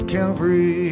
Calvary